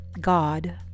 God